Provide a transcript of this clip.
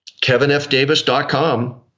KevinFDavis.com